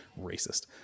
Racist